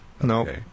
no